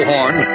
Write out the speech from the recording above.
Horn